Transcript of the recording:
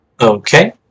okay